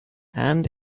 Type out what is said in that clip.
and